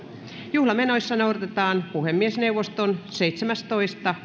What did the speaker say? juhlamenoissa noudatetaan puhemiesneuvoston seitsemästoista